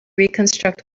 reconstruct